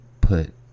Put